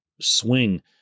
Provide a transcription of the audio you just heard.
swing